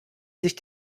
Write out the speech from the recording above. sich